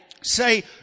Say